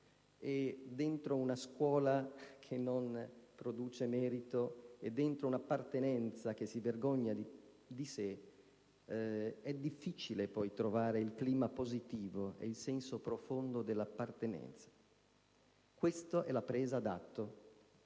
e dentro una scuola che non produce merito e dentro un'appartenenza che si vergogna di sé è difficile poi trovare il clima positivo e il senso profondo dell'appartenenza. Questa è la presa d'atto,